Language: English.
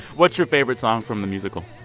what's your favorite song from the musical?